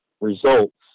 results